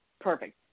Perfect